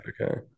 Okay